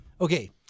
Okay